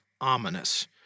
ominous